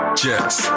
jets